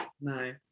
no